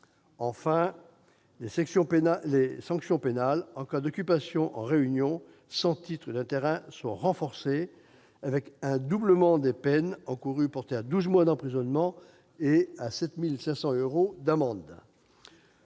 les sanctions pénales en cas d'occupation en réunion sans titre d'un terrain sont renforcées, avec un doublement de la peine encourue, portée à douze mois d'emprisonnement et à 7 500 euros d'amende.